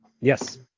Yes